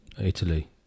Italy